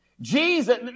Jesus